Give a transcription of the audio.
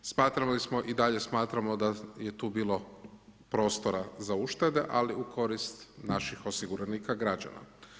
Smatrali smo i dalje smatramo da je tu bilo prostora za uštede ali u korist naših osiguranika, građana.